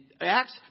Acts